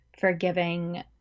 forgiving